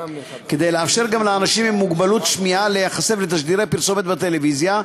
כדי לאפשר גם לאנשים עם מוגבלות שמיעה להיחשף לתשדירי פרסומת בטלוויזיה,